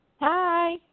Hi